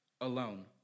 alone